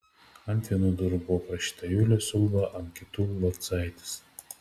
ant vienų durų buvo parašyta julius ulba ant kitų locaitis